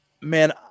Man